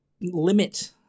limit